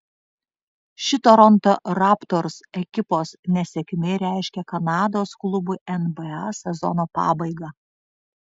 ši toronto raptors ekipos nesėkmė reiškia kanados klubui nba sezono pabaigą